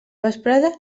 vesprada